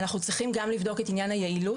אנחנו צריכים גם לבדוק את עניין היעילות,